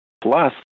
plus